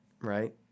right